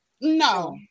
no